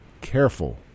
careful